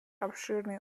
обширный